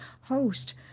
host